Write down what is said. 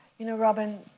you know, robin,